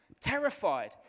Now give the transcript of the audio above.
Terrified